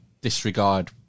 disregard